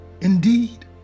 Indeed